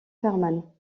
farman